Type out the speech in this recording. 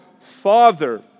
father